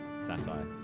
satire